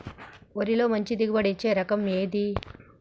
వరిలో మంచి దిగుబడి ఇచ్చే రకం ఏది?